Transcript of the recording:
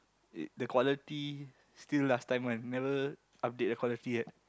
it the quality still last time one never update the quality yet